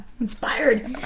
inspired